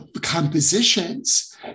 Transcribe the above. compositions